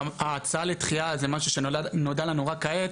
ההצעה לדחייה זה משהו שנודע לנו רק כעת,